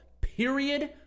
Period